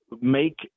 make